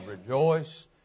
rejoice